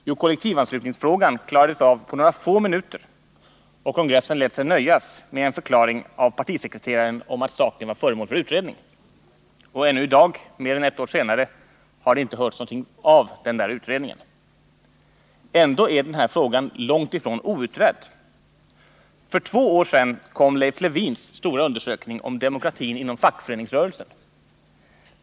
Jo, kollektivanslutningsfrågan klarades av på några få minuter, och kongressen lät sig nöjas med en förklaring av partisekreteraren om att saken var föremål för utredning. Och ännu i dag, mer än ett år senare, har det inte hörts någonting från den utredningen. Ändå är den här frågan långt ifrån outredd. För två år sedan kom Leif Lewins stora undersökning om demokratin inom fackföreningsrörelsen.